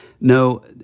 no